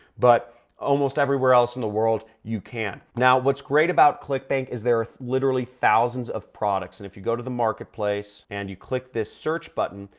but almost everywhere else in the world, you can. now, what's great about clickbank is there are literally thousands of products. and if you go to the marketplace and you click this search button,